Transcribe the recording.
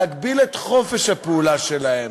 להגביל את חופש הפעולה שלהם,